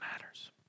matters